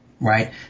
right